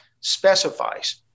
specifies